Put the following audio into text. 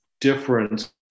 difference